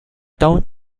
town